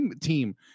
team